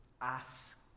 ask